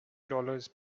dollars